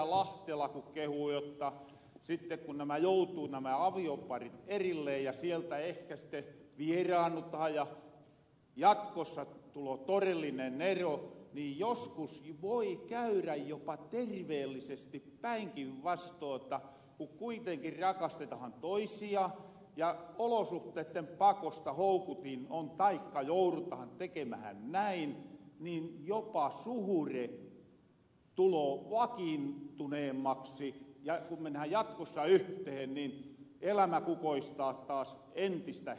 lahtela ku kehui jotta sitten kun joutuu nämä avioparit erilleen sieltä ehkä sitten vieraannutahan ja jatkossa tuloo torellinen ero ni joskus voi käyrä jopa terveellisesti päinkinvastoin jotta kun kuitenkin rakastetahan toisiaan ja olosuhteitten pakosta houkutin on taikka jourutahan tekemähän näin jopa suhre tuloo vakiintuneemmaksi ja kun mennään jatkossa yhtehen niin elämä kukoistaa taas entistä hehkeemmin